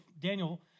Daniel